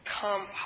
come